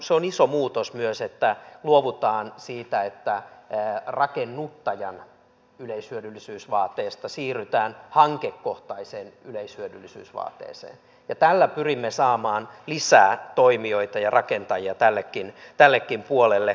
se on iso muutos myös että luovutaan siitä että rakennuttajan yleishyödyllisyysvaateesta siirrytään hankekohtaiseen yleishyödyllisyysvaateeseen ja tällä pyrimme saamaan lisää toimijoita ja rakentajia tällekin puolelle